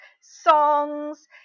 songs